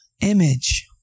image